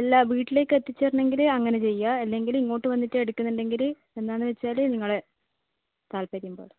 എല്ലാ വീട്ടിലേക്ക് എത്തിച്ച് തരണമെങ്കിൽ അങ്ങനെ ചെയ്യാം അല്ലെങ്കിൽ ഇങ്ങോട്ട് വന്നിട്ട് എടുക്കുന്നുണ്ടെങ്കിൽ എന്താണെന്ന് വച്ചാൽ നിങ്ങളെ താല്പര്യം പോലെ